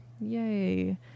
Yay